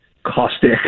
caustic